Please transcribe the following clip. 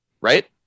Right